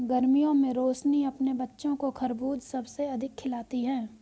गर्मियों में रोशनी अपने बच्चों को खरबूज सबसे अधिक खिलाती हैं